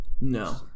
No